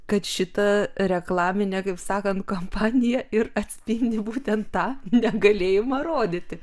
kad šita reklaminė kaip sakant kampanija ir atspindi būtent tą negalėjimą rodyti